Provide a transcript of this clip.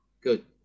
Good